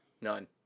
None